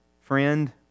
Friend